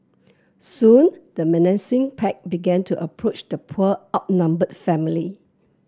soon the menacing pack began to approach the poor outnumbered family